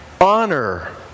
honor